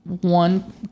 one